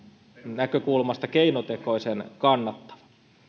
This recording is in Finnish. näkökulmasta keinotekoisen kannattavaa